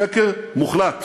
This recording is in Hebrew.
שקר מוחלט,